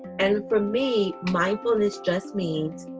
and for me mindfulness just means